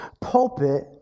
pulpit